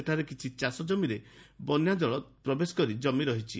ସେଠାରେ କିଛି ଚାଷଜମିରେ ବନ୍ୟାଜଳ ଜମି ରହିଛି